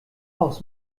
aus